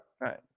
Right